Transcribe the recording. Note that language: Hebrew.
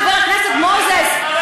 חבר הכנסת מוזס,